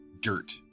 dirt